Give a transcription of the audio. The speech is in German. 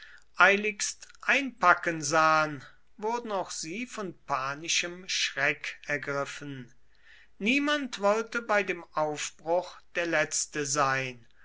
eiligst einpacken sahen wurden auch sie von panischem schreck ergriffen niemand wollte bei dem aufbruch der letzte sein